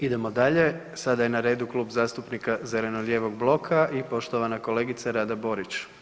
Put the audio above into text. Idemo dalje, sada je na redu Klub zastupnika zeleno-lijevog bloka i poštovana kolegica Rada Borić.